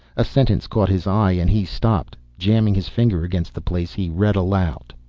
a sentence caught his eye and he stopped. jamming his finger against the place, he read aloud.